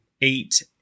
eight